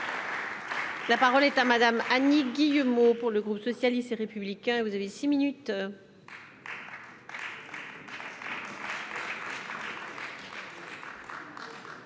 La parole est à Madame Annie Guillemot pour le groupe socialiste et républicain et vous avez 6 minutes.